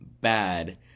bad